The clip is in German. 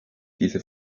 diese